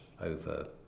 over